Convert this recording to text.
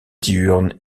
diurnes